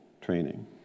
training